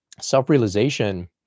Self-realization